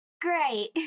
great